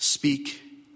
speak